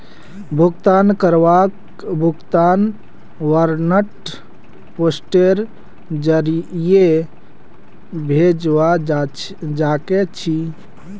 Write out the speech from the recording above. भुगतान कर्ताक भुगतान वारन्ट पोस्टेर जरीये भेजवा सके छी